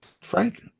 Frank